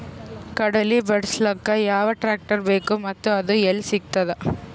ಕಡಲಿ ಬಿಡಿಸಲಕ ಯಾವ ಟ್ರಾಕ್ಟರ್ ಬೇಕ ಮತ್ತ ಅದು ಯಲ್ಲಿ ಸಿಗತದ?